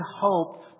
hope